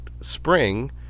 spring